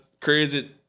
crazy